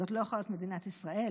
זאת לא יכולה להיות מדינת ישראל.